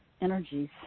energies